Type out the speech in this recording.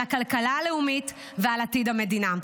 על הכלכלה הלאומית ועל עתיד המדינה.